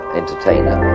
entertainer